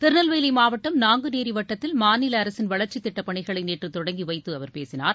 திருநெல்வேலி மாவட்டம் நாங்குநேரி வட்டத்தில் மாநில அரசின் வளர்ச்சித் திட்டப் பணிகளை நேற்று தொடங்கி வைத்து அவர் பேசினார்